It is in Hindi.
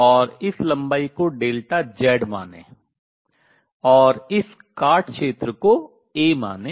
और और इस लंबाई को ∆Z डेल्टा Z मानें और इस काट क्षेत्र को a मानें